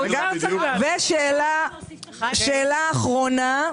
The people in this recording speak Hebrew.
שאלה אחרונה.